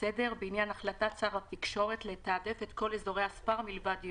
בעניין החלטת שר התקשורת לתעדף את כל אזורי הספר מלבד יו"ש.